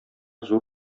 зур